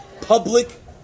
Public